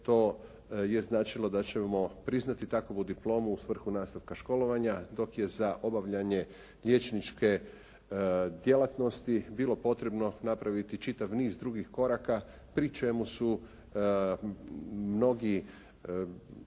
to je značilo da ćemo priznati takovu diplomu u svrhu nastavka školovanja, dok je za obavljanje liječničke djelatnosti bilo potrebno napraviti čitav niz drugih koraka pri čemu su mnogi